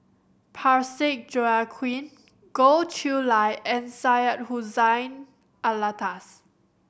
Parsick Joaquim Goh Chiew Lye and Syed Hussein Alatas